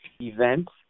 events